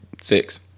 Six